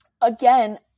again